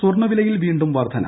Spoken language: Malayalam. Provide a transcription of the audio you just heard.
സ്വർണ്ണവിലയിൽ വീണ്ടും വർദ്ധന